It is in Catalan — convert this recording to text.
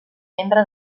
membre